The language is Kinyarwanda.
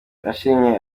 yashimye